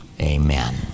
Amen